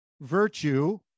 virtue